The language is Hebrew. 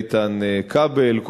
איתן כבל,